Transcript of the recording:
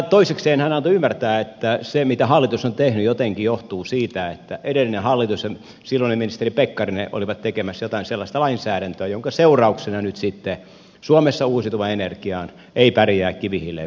toisekseen hän antoi ymmärtää että se mitä hallitus on tehnyt jotenkin johtuu siitä että edellinen hallitus ja silloinen ministeri pekkarinen olivat tekemässä jotain sellaista lainsäädäntöä jonka seurauksena nyt sitten suomessa uusiutuva energia ei pärjää kivihiileen verrattuna